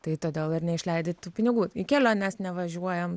tai todėl ir neišleidi tų pinigų į keliones nevažiuojam